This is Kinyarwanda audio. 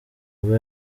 ubwo